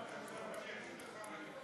עכשיו אני אגיד לך משהו.